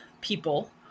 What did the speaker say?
people